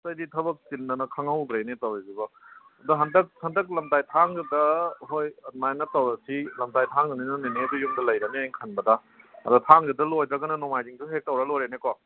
ꯑꯁ ꯑꯩꯗꯤ ꯊꯕꯛ ꯆꯤꯟꯃꯟꯗꯅ ꯇꯧꯔꯤꯁꯤꯕꯣ ꯑꯗꯣ ꯍꯟꯇꯛ ꯂꯝꯇꯥꯏ ꯊꯥꯡꯖꯗ ꯍꯣꯏ ꯑꯗꯨꯃꯥꯏꯅ ꯇꯧꯔꯁꯤ ꯂꯝꯇꯥꯏ ꯊꯥꯡꯖꯅꯤꯅ ꯅꯦꯅꯦꯗꯨ ꯌꯨꯝꯗ ꯂꯩꯔꯅꯤ ꯑꯩꯅ ꯈꯟꯕꯗ ꯑꯗꯣ ꯊꯥꯡꯖꯗ ꯂꯣꯏꯗ꯭ꯔꯒꯅ ꯅꯣꯡꯃꯥꯏꯖꯤꯡ ꯍꯦꯛ ꯇꯧꯔ ꯂꯣꯏꯔꯦꯅꯦꯀꯣ